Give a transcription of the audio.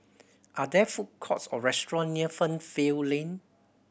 are there food courts or restaurant near Fernvale Lane